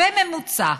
בממוצע